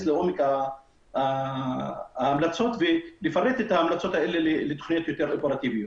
לעומק ההמלצות ולפרט את ההמלצות האלה לתכניות יותר אופרטיביות.